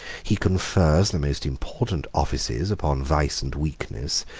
he confers the most important offices upon vice and weakness,